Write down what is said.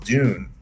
Dune